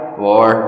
four